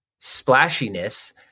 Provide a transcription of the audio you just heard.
splashiness